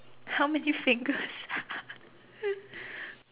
how many fingers